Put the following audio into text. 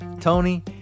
tony